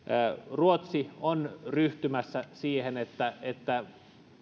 ruotsi on ryhtymässä siihen että että